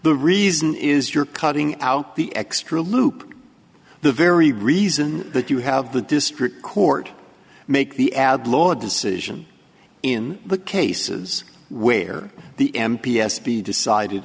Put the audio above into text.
the reason is you're cutting out the extra loop the very reason that you have the district court make the ad law a decision in the cases where the m p s be decided